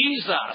Jesus